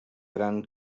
gran